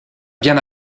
bien